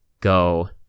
go